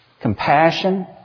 compassion